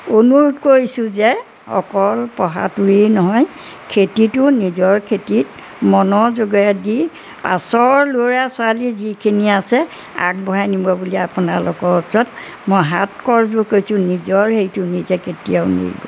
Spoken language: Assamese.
অনুৰোধ কৰিছোঁ যে অকল পঢ়াটোৱেই নহয় খেতিটো নিজৰ খেতিত মনৰ যোগেদি পাছৰ ল'ৰা ছোৱালী যিখিনি আছে আগবঢ়াই নিব বুলি আপোনালোকৰ ওচৰত মই হাতকৰ যোৰ কৰিছোঁ নিজৰ হেৰিটো নিজে কেতিয়াও নেৰিব